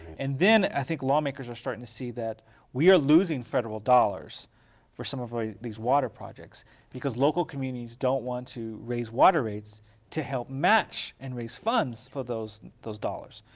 and then i think lawmakers are starting to see that we are losing federal dollars for some of ah these water projects because local communities don't want to raise water rates to help match and raise funds for those those dollars.